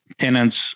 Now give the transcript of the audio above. tenants